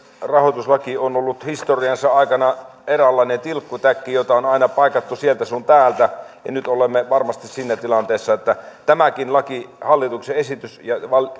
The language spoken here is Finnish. rahoituslaki on ollut historiansa aikana eräänlainen tilkkutäkki jota on aina paikattu sieltä sun täältä ja nyt olemme varmasti siinä tilanteessa että tämäkin hallituksen esitys ja